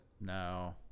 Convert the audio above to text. No